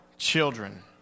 children